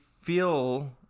feel